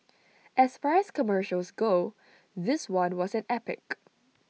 as far as commercials go this one was an epic